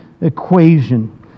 equation